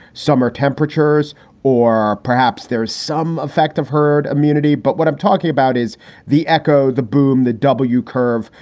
summer temperatures or perhaps there's some effect of herd immunity. but what i'm talking about is the echo, the boom, the w curve,